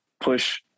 push